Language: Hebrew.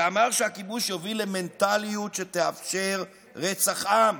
שאמר שהכיבוש יוביל למנטליות שתאפשר רצח עם.